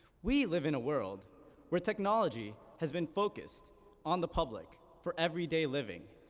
we live in a world where technology has been focused on the public for everyday living,